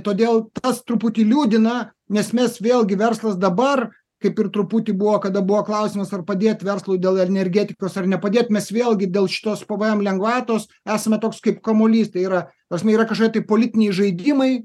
todėl tas truputį liūdina nes mes vėlgi verslas dabar kaip ir truputį buvo kada buvo klausimas ar padėt verslui dėl energetikos ar nepadėt mes vėlgi dėl šitos pvm lengvatos esame toks kaip kamuolys tai yra ta prasme yra kažkokie tai politiniai žaidimai